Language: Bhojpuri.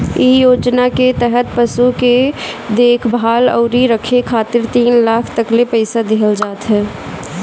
इ योजना के तहत पशु के देखभाल अउरी रखे खातिर तीन लाख तकले पईसा देहल जात ह